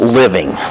living